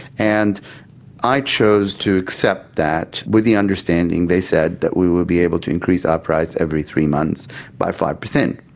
and i chose to accept that with the understanding, they said, that we would be able to increase our price every three months by five percent.